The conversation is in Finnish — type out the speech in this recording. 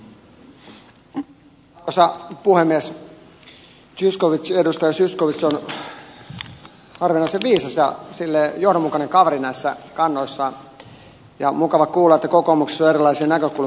edustaja zyskowicz on harvinaisen viisas ja sillä tavalla johdonmukainen kaveri näissä kannoissaan ja on mukava kuulla että kokoomuksessa on erilaisia näkökulmia näihin asioihin